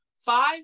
five